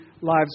lives